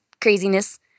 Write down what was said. craziness